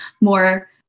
more